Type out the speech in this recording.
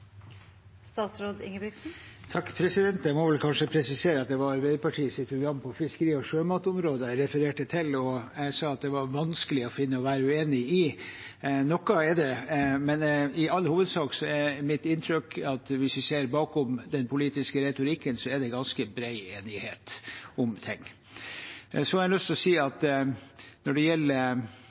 Jeg må vel kanskje presisere at det var Arbeiderpartiets program på fiskeri- og sjømatområdet jeg refererte til, og jeg sa at det var vanskelig å finne noe å være uenig i. Noe er det, men i all hovedsak er mitt inntrykk at hvis vi ser bakom den politiske retorikken, er det ganske bred enighet om ting. Jeg kan ta poenget med Havbruksfondet. Havbruksfondet handler om å finne en balanse mellom verdiskaping og lokale ringvirkninger til det